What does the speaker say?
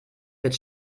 wird